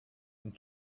and